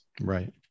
Right